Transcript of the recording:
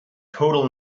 total